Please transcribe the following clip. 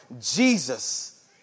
Jesus